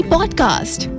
Podcast